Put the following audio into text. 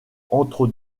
entre